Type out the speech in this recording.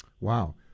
Wow